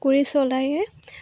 কুলি চৰাইয়ে